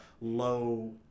low